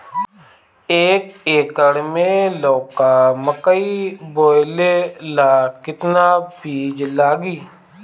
एक एकर मे लौका मकई बोवे ला कितना बिज लागी?